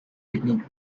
picnic